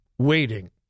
waiting